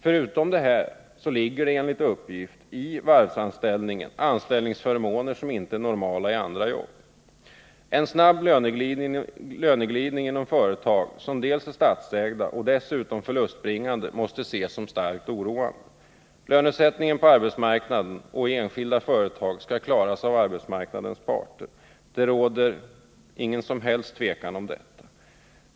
Förutom detta ligger enligt uppgift i varvsanställningen anställningsförmåner som inte är normala i andra jobb. En snabb löneglidning inom företag, som är statsägda och dessutom förlustbringande, måste ses såsom starkt oroande. Lönesättningen på arbetsmarknaden och i enskilda företag skall klaras av arbetsmarknadens parter. Om detta råder det ingen som helst tvekan.